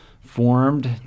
formed